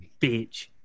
bitch